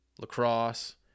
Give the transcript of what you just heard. lacrosse